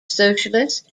socialist